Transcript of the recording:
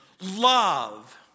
love